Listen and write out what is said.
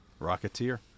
Rocketeer